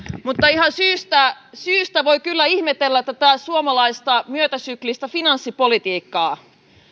mutta ihan syystä syystä voi kyllä ihmetellä tätä suomalaista myötäsyklistä finanssipolitiikkaa